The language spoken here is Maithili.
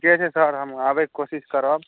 ठीके छै सर हम आबयक कोशिश करब